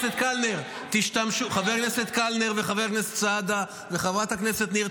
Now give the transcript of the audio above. חבר הכנסת סעדה וחברת הכנסת ניר,